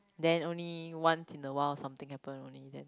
then only once in awhile something happen only then